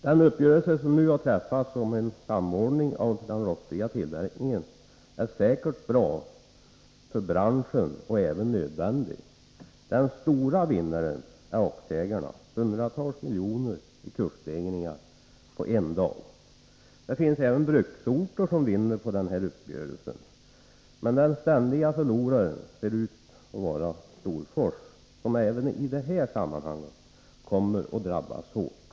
Den uppgörelse som har träffats om en samordning av den rostfria tillverkningen är säkert bra för branschen, och även nödvändig. De stora vinnarna är aktieägarna — hundratals miljoner i kursstegring på en dag. Det finns även bruksorter som vinner på uppgörelsen. Men den ständige förloraren ser ut att vara Storfors, som även i det här sammanhanget kommer att drabbas hårt.